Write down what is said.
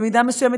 במידה מסוימת,